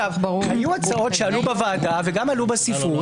היו הצעות שעלו בוועדה וגם בספרות